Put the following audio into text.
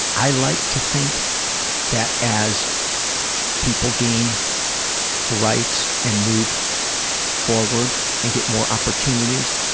i like to think that, as people gain rights and move forward and get more opportunities,